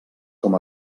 com